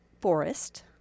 Forest